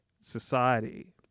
society